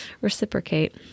reciprocate